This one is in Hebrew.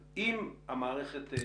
אבל אם המערכת מתפקדת,